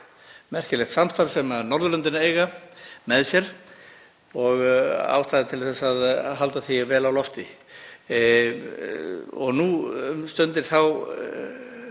merkilegt samstarf sem Norðurlöndin eiga með sér og ástæða til að halda því vel á lofti. Nú um stundir